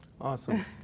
Awesome